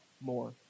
more